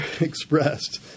expressed